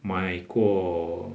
买过